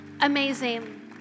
amazing